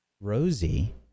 Rosie